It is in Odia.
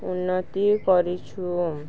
ଉନ୍ନତି କରିଛୁ